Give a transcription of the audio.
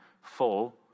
full